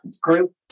group